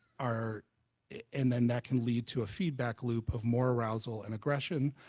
are and then that can lead to a feedback loop of more acerousal and aggression,